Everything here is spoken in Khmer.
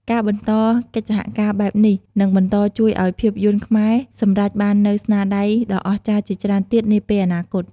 ការបន្តកិច្ចសហការបែបនេះនឹងបន្តជួយឱ្យភាពយន្តខ្មែរសម្រេចបាននូវស្នាដៃដ៏អស្ចារ្យជាច្រើនទៀតនាពេលអនាគត។